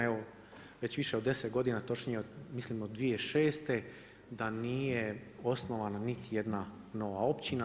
Evo već više od 10 godina, točnije mislim od 2006. da nije osnovano niti jedna nova općina.